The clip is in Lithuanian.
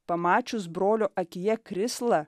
pamačius brolio akyje krislą